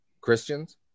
Christians